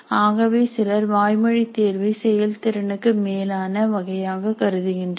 ஆகவே சிலர் வாய்மொழித் தேர்வை செயல்திறனுக்கு மேலான வகையாக கருதுகின்றனர்